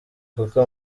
kuko